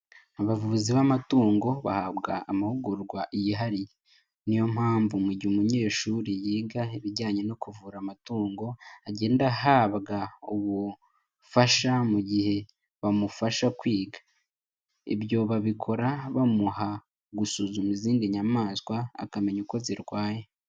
Abavuzi b'amatungo, bahabwa amahugurwa yihariye. Niyo mpamvu mu gihe umunyeshuri yiga ibijyanye no kuvura amatungo agenda ahabwa ubufasha mu gihe bamufasha kwiga. Ibyo babikora bamuha gusuzuma izindi nyamaswa, akamenya uko zirwaye.